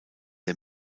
der